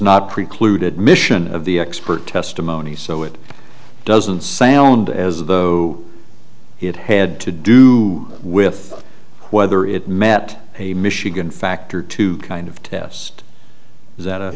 not preclude admission of the expert testimony so it doesn't sound as though it had to do with whether it met a michigan factor to kind of test that